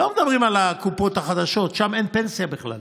לא מדברים על הקופות החדשות שם אין פנסיה בכלל,